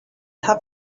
have